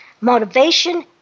motivation